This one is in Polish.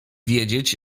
wiedzieć